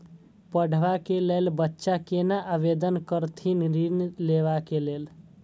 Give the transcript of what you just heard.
पढ़वा कै लैल बच्चा कैना आवेदन करथिन ऋण लेवा के लेल?